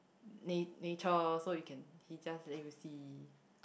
na~ nature so you can he just let you see